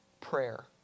prayer